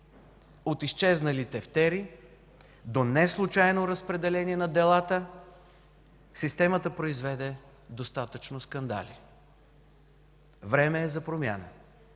От изчезнали тефтери до неслучайно разпределение на делата – системата произведе достатъчно скандали. Време е за промяна.